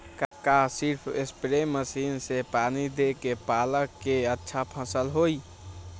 का सिर्फ spray machine से पानी देके पालक के अच्छा फसल होई?